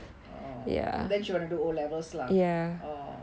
oh then she want to do O levels lah oh